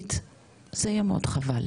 אנושית זה יהיה מאוד חבל,